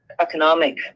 economic